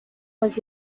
was